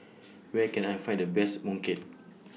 Where Can I Find The Best Mooncake